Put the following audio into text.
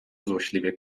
złośliwie